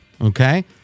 Okay